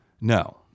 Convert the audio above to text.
No